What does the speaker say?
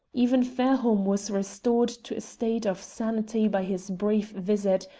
even fairholme was restored to a state of sanity by his brief visit,